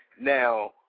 Now